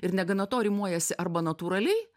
ir negana to rimuojasi arba natūraliai